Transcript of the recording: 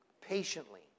patiently